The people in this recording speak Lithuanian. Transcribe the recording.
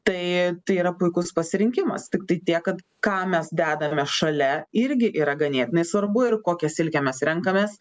tai tai yra puikus pasirinkimas tiktai tiek kad ką mes dedame šalia irgi yra ganėtinai svarbu ir kokią silkę mes renkamės